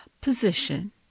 position